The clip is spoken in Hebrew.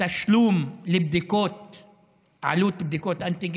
תשלום על בדיקות אנטיגן?